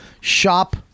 Shop